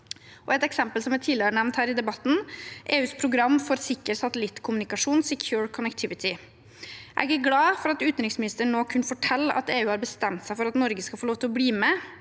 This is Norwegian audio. Et eksempel som er nevnt tidligere i debatten, er EUs program for sikker satellittkommunikasjon, «secure connectivity». Jeg er glad for at utenriksministeren kunne fortelle at EU har bestemt seg for at Norge skal få lov til å bli med,